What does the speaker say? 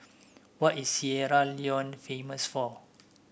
what is Sierra Leone famous for